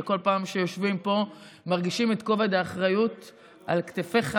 וכל פעם שיושבים פה מרגישים את כובד האחריות על כתפיך,